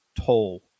toll